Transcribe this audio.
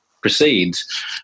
proceeds